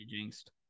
jinxed